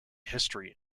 history